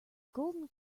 golden